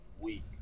week